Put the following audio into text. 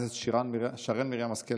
אוריאל בוסו,